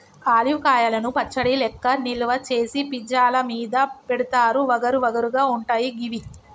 olive కాయలను పచ్చడి లెక్క నిల్వ చేసి పిజ్జా ల మీద పెడుతారు వగరు వగరు గా ఉంటయి గివి